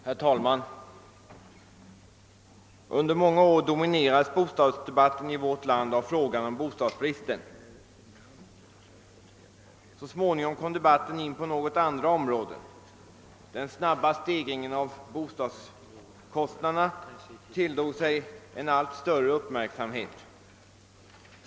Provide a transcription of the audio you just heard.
Herr talman! Under många år dominerades bostadsdebatten i vårt land av frågan om bostadsbristen. Så småningom kom debatten in på något andra områden. Den snabba stegringen av bostadskostnaderna tilldrog sig en allt större uppmärksamhet.